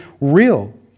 real